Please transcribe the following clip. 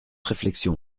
réflexion